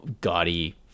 gaudy